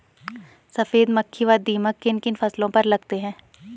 सफेद मक्खी व दीमक किन किन फसलों पर लगते हैं?